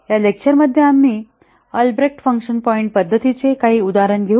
या लेक्चर मध्ये आम्ही अल्ब्रेक्ट फंक्शन पॉईंट पद्धतीचे काही उदाहरणे घेऊ